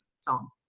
song